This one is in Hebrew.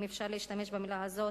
אם אפשר להשתמש במלה הזאת,